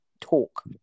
talk